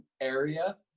area